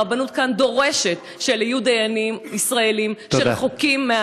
הרבנות כאן דורשת שאלו יהיו דיינים ישראלים, תודה.